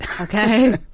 Okay